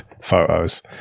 photos